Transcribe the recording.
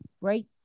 right